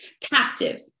captive